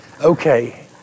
Okay